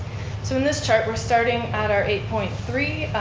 so in this chart, we're starting at our eight point three.